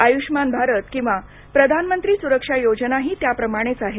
आयुष्मान भारत किंवा प्रधानमंत्री सुरक्षा योजनाही त्या प्रमाणेच आहेत